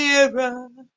era